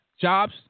Jobs